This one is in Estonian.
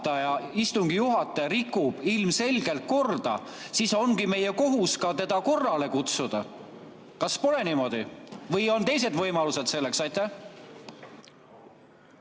istungi juhataja rikub ilmselgelt korda, siis ongi meie kohus teda korrale kutsuda. Kas pole niimoodi? Või on teised võimalused selleks? Priit